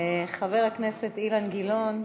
חבר הכנסת אילן גילאון,